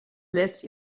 lässt